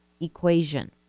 equation